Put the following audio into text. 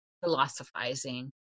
Philosophizing